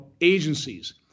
agencies